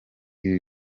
ibi